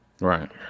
Right